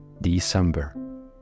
December